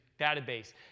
database